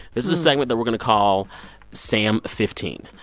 this is a segment that we're going to call sam fifteen.